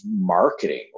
marketing